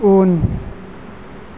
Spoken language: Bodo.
उन